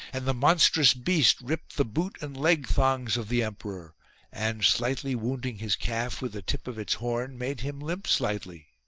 and the monstrous beast ripped the boot and leg-thongs of the emperor and, slightly wounding his calf with the tip of its horn, made him limp slightly